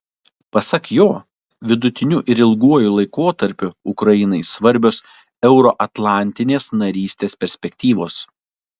pasak jo vidutiniu ir ilguoju laikotarpiu ukrainai svarbios euroatlantinės narystės perspektyvos